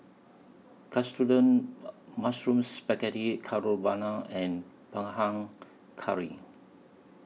Katsudon Mushroom Spaghetti Carbonara and Panang Curry